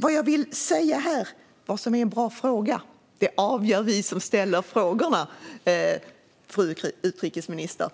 Jag vill säga att vad som är en bra fråga avgör vi som ställer frågorna, fru utrikesminister.